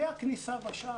מהכניסה בשער,